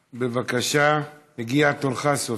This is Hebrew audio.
בבקשה, הגיע תורך סוף-סוף.